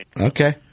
Okay